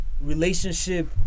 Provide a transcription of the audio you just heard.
relationship